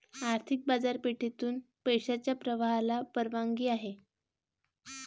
आर्थिक बाजारपेठेतून पैशाच्या प्रवाहाला परवानगी आहे